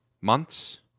Months